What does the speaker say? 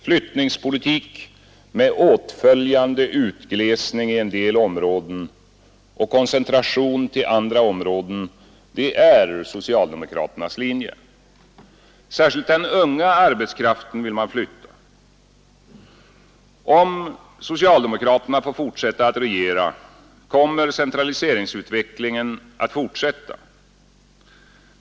Flyttningspolitik med åtföljande utglesning i en del områden och koncentration till andra områden är socialdemokraternas linje. Särskilt den unga arbetskraften vill man flytta. Om socialdemokraterna får fortsätta att regera kommer centraliseringsutvecklingen att fortsätta.